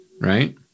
right